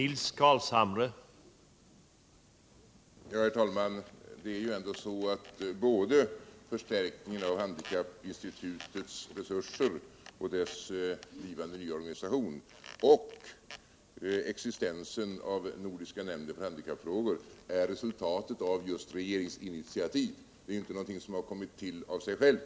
Nr 37 Herr talman! Det är ju ändå så att både förstärkningen av handikapp Onsdagen den institutets resurser och dess blivande nyorganisation samt existensen 30 november 1977 av nordiska nämnden för handikappfrågor är resultat av just regerings-= so initiativ; det är inte någonting som har kommit till av sig självt.